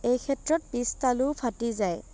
এই ক্ষেত্ৰত পিছতালুও ফাটি যায়